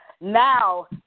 Now